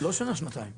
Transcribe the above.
לא שנה-שנתיים.